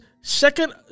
second